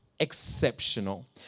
Exceptional